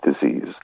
disease